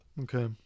Okay